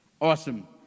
Awesome